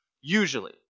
Usually